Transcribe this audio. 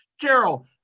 Carol